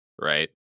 Right